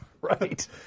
right